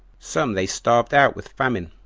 some they starved out with famine,